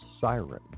Siren